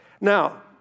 Now